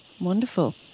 Wonderful